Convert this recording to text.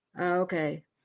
Okay